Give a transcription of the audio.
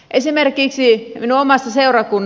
esimerkiksi niin oma seura kun